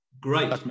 Great